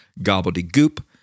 gobbledygook